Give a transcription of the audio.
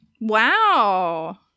wow